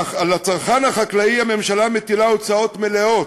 אך על הצרכן החקלאי הממשלה מטילה הוצאות מלאות.